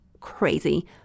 crazy